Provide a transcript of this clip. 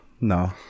No